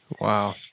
Wow